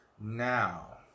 Now